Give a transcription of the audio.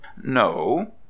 No